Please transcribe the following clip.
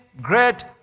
great